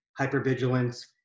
hypervigilance